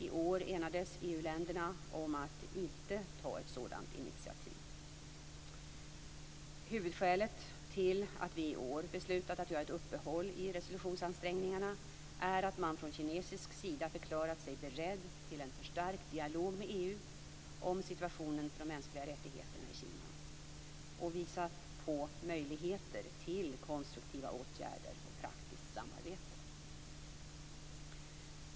I år enades EU-länderna om att inte ta ett sådant initiativ. Huvudskälet till att vi i år beslutat att göra ett uppehåll i resolutionsansträngningarna är att man från kinesisk sida förklarat sig beredd till en förstärkt dialog med EU om situationen för de mänskliga rättigheterna i Kina och visat på möjligheter till konstruktiva åtgärder och praktiskt samarbete.